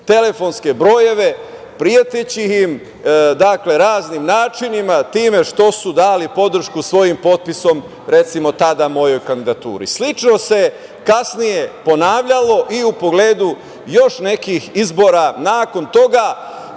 telefonske brojeve, preteći im raznim načinima zbog toga što su dali podršku svojim potpisom, recimo, tada mojoj kandidaturi. Slično se kasnije ponavljalo i u pogledu još nekih izbora nakon toga,